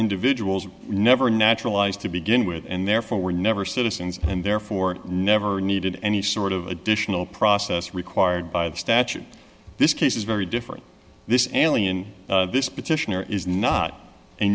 individuals were never naturalized to begin with and therefore were never citizens and therefore never needed any sort of additional process required by the statute this case is very different this alley and this petitioner is not a